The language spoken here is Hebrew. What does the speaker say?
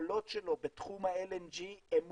שהיכולות שלו בתחום ה-LNG הן מופלאות,